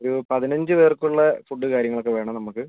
ഒരു പതിനഞ്ച് പേർക്കുള്ള ഫുഡ് കാര്യങ്ങളൊക്കെ വേണം നമുക്ക്